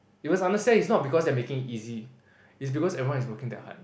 you must understand it's not because they are making it easier it's because everybody is working damn hard